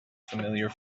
familiar